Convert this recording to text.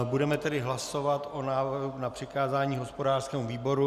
Budeme tedy hlasovat o návrhu na přikázání hospodářskému výboru.